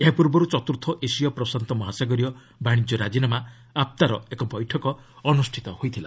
ଏହା ପୂର୍ବରୁ ଚତୁର୍ଥ ଏସୀୟ ପ୍ରଶାନ୍ତ ମହାସାଗରୀୟ ବାଣିକ୍ୟ ରାଜିନାମା ଆପ୍ତାର ଏକ ବୈଠକ ଅନୁଷ୍ଠିତ ହୋଇଥିଲା